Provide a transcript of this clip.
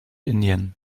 indien